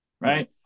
right